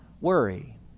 worry